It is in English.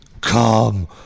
come